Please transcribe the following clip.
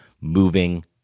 moving